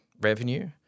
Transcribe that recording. revenue